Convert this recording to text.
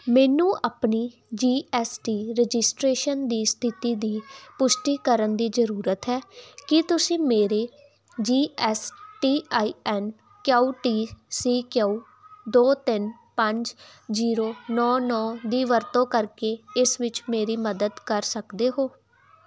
ਮੈਨੂੰ ਆਪਣੀ G S T registration ਦੀ ਸਥਿਤੀ ਦੀ ਪੁਸ਼ਟੀ ਕਰਨ ਦੀ ਜ਼ਰੂਰਤ ਹੈ ਕੀ ਤੁਸੀਂ ਮੇਰੀ G S T I N Q T C Q ਦੋ ਤਿੰਨ ਪੰਜ ਜ਼ੀਰੋ ਨੌਂ ਨੌਂ ਦੀ ਵਰਤੋਂ ਕਰਕੇ ਇਸ ਵਿੱਚ ਮੇਰੀ ਮਦਦ ਕਰ ਸਕਦੇ ਹੋ